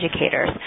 educators